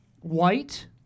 white